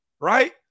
right